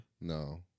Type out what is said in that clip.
No